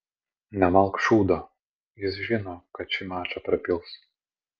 nemalk šūdo jis žino kad šį mačą prapils